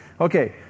Okay